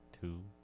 two